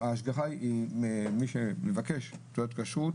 ההשגחה היא - מי שמבקש תעודת כשרות,